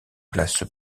place